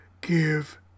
give